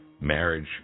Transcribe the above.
marriage